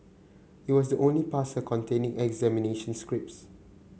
it was only parcel containing examination scripts